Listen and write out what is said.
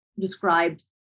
described